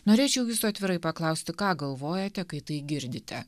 norėčiau jūsų atvirai paklausti ką galvojate kai tai girdite